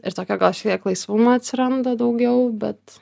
ir tokio gal šiek tiek laisvumą atsiranda daugiau bet